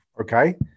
Okay